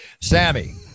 Sammy